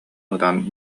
ытан